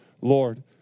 Lord